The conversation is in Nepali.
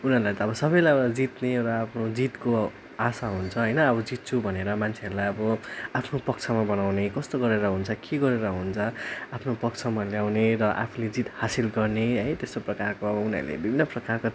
उनीहरूलाई त सबलाई अब जित्ने एउटा आफ्नो जितको आशा हुन्छ होइन अब जित्छु भनेर मान्छेहरूलाई अब आफ्नो पक्षमा बनाउने कस्तो गरेर हुन्छ के गरेर हुन्छ आफ्नो पक्षमा ल्याउने र आफूले जित हासिल गर्ने है त्यस्तो प्रकारको अब उनीहरूले विभिन्न प्रकारका